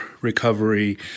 recovery